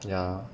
ya